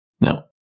No